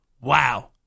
wow